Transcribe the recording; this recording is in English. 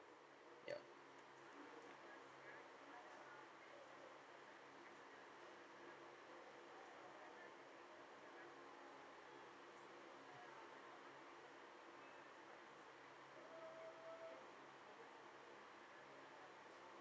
ya